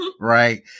right